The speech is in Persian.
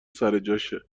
سرجاشه